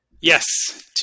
Yes